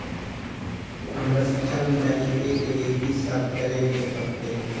हमरा शिक्षा लोन चाही ऐ के लिए की सब करे परतै?